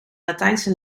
latijnse